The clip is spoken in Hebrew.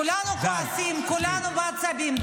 כולנו כועסים, כולנו בעצבים.